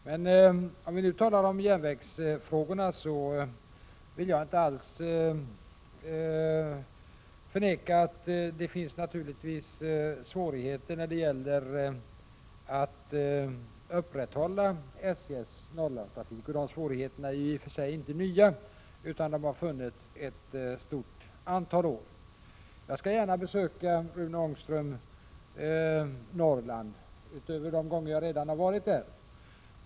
Men om vi nu talar om järnvägsfrågorna vill jag inte alls förneka att det finns svårigheter när det gäller att upprätthålla SJ:s Norrlandstrafik. De svårigheterna är i och för sig inte nya utan har funnits under ett stort antal år. Jag skall gärna göra ytterligare ett besök i Norrland, Rune Ångström, utöver de besök jag redan gjort där.